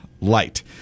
light